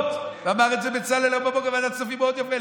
ואמר את זה בצלאל הבוקר בוועדת הכספים מאוד יפה,